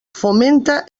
fomenta